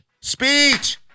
Speech